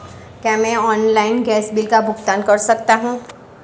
क्या मैं online gas bill का भुगतान कर सकता हूँ?